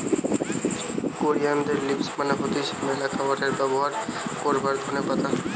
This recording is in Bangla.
কোরিয়ানদের লিভস মানে হতিছে ম্যালা খাবারে ব্যবহার করবার ধোনে পাতা